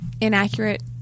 inaccurate